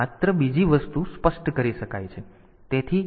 તેથી માત્ર બીજી વસ્તુ સ્પષ્ટ કરી શકાય છે